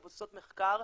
מבוססות מחקר,